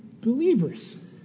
believers